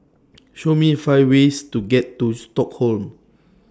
Show Me five ways to get to Stockholm